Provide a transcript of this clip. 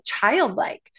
childlike